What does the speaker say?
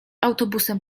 autobusem